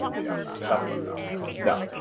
a the on that, beth would know. no.